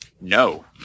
No